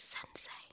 Sensei